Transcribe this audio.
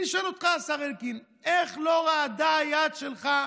אני שואל אותך, השר אלקין, איך לא רעדה היד שלך,